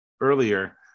earlier